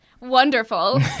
Wonderful